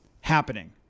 happening